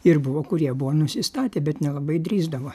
ir buvo kurie buvo nusistatę bet nelabai drįsdavo